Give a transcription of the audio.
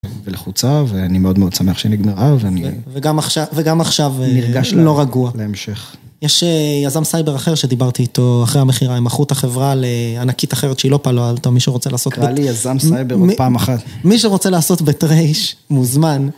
ולחוצה, ואני מאוד מאוד שמח שהיא נגמרה, ואני... וגם עכשיו נרגש לא רגוע. להמשך. יש יזם סייבר אחר שדיברתי איתו אחרי המכירה, הם מכרו את החברה לענקית אחרת, שהיא לא פאלו-אלטו, מי שרוצה לעשות בית... קרא לי יזם סייבר עוד פעם אחת. מי שרוצה לעשות בי"ת רי"ש, מוזמן.